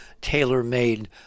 tailor-made